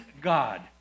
God